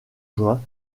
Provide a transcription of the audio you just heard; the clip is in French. juin